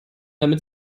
damit